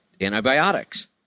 antibiotics